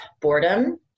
boredom